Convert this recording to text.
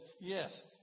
yes